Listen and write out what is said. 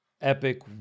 Epic